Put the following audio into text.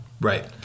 Right